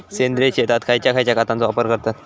सेंद्रिय शेतात खयच्या खयच्या खतांचो वापर करतत?